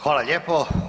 Hvala lijepo.